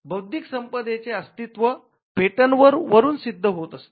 बौद्धिक संपदेचे अस्तित्व पेटंट वरुन सिद्ध होत असते